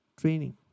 Training